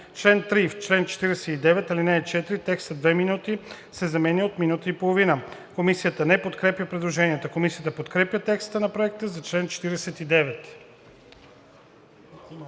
3. В чл. 49, ал. 4 текстът „2 минути“ се заменя от „минута и половина“.“ Комисията не подкрепя предложението. Комисията подкрепя текста на Проекта за чл. 49.